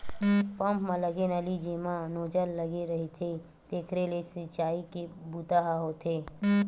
pump म लगे नली जेमा नोजल लगे रहिथे तेखरे ले छितई के बूता ह होथे